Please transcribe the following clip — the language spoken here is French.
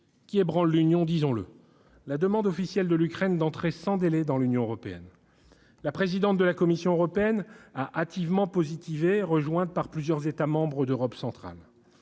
défi ébranle l'Union : la demande officielle de l'Ukraine d'entrer sans délai dans l'Union européenne. La présidente de la Commission européenne a répondu hâtivement de façon positive, rejointe par plusieurs États membres d'Europe centrale.